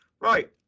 Right